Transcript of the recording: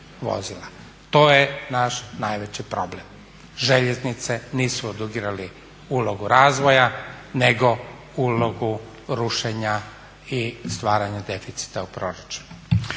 To je naš najveći problem, željeznice nisu odigrali ulogu razvoja, nego ulogu rušenja i stvaranja deficita u proračunu.